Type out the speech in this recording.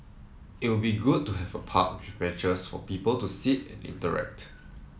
it would be good to have a park with benches for people to sit and interact